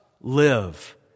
live